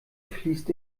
fließt